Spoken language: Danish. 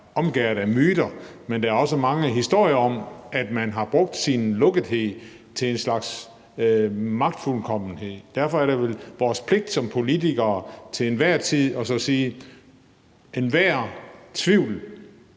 omgærdet af myter, men der er også mange historier om, at man har brugt sin lukkethed til en slags magtfuldkommenhed, og derfor er det vel vores pligt som politikere til enhver tid at sige: Enhver tvivl